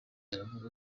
aravuga